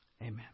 Amen